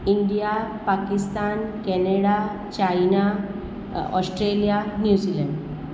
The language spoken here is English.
India Pakistan Canada China Australia New Zealand